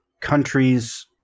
countries